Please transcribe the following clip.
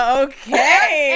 okay